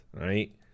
right